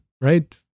right